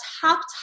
top